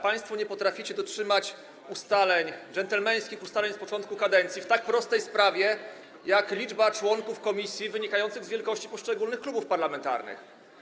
Państwo nie potraficie dotrzymać gentlemańskich ustaleń z początku kadencji w tak prostej sprawie, jak liczba członków komisji wynikająca z wielkości poszczególnych klubów parlamentarnych.